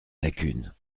lacune